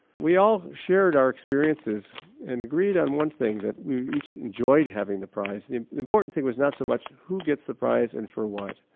we all shared our experiences and agreed on one thing that we each enjoyed having the prize. the important thing was not so much who gets the prize and for what,